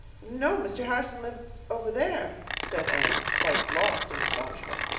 no, mr. harrison lives over there, said anne, quite lost in astonishment.